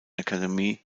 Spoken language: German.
academy